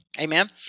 Amen